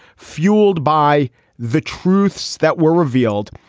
fueled by the truths that were revealed,